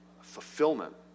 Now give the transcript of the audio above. fulfillment